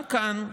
גם כאן,